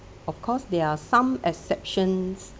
of course there are some exceptions